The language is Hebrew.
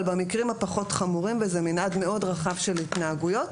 אבל במקרים הפחות חמורים וזה מנעד מאוד רחב של התנהגויות.